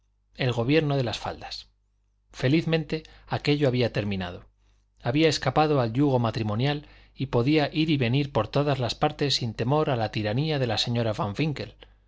el gobierno de las faldas felizmente aquello había terminado había escapado al yugo matrimonial y podía ir y venir por todas partes sin temor a la tiranía de la señora van